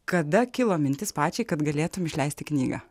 kada kilo mintis pačiai kad galėtum išleisti knygą